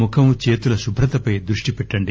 ముఖం చేతుల శుభ్రతపై దృష్టిపెట్టండి